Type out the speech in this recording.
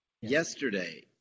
yesterday